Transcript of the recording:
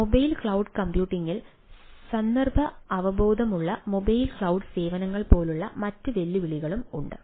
അതിനാൽ mobile cloud കമ്പ്യൂട്ടിംഗിൽ സന്ദർഭ അവബോധമുള്ള മൊബൈൽ ക്ലൌഡ് സേവനങ്ങൾ പോലുള്ള മറ്റ് വെല്ലുവിളികളും ഉണ്ട്